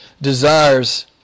desires